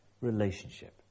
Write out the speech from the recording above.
relationship